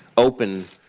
open